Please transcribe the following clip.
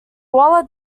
gawler